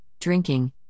drinking